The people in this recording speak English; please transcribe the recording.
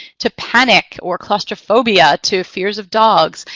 to panic or claustrophobia, to fears of dogs.